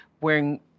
wearing